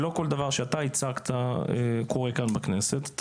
שלא כול דבר שהצגת קורה כאן, בכנסת.